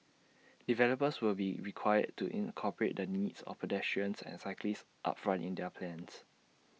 developers will be required to incorporate the needs of pedestrians and cyclists upfront in their plans